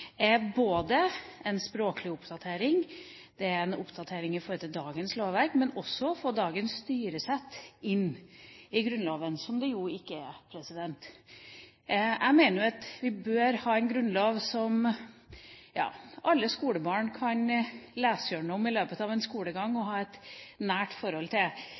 er å få både en språklig oppdatering og en oppdatering i forhold til dagens lovverk, men også å få dagens styresett inn i Grunnloven, slik det jo ikke er. Jeg mener at vi bør ha en grunnlov som alle skolebarn kan lese igjennom i løpet av skolegangen og ha et nært forhold til.